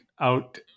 Out